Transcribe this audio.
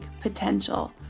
potential